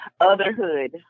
Otherhood